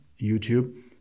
YouTube